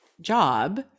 job